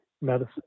medicine